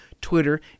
Twitter